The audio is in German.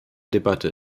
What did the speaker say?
debatte